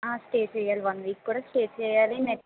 stay చేయాలి one week కూడా stay చేయాలి నెక్స్ట్